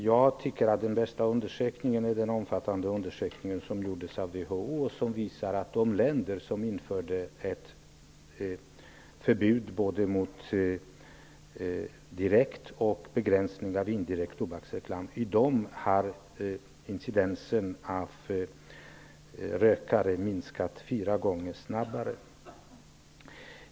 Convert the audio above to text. Jag tycker att den bästa undersökningen är den omfattande undersökningen som gjorts av WHO. Den visar att i de länder som infört ett förbud mot direkt och begränsat indirekt tobaksreklam har förekomsten av rökare minskat fyra gånger snabbare.